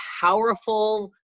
powerful